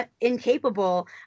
incapable